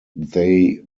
they